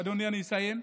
אדוני, אני אסיים.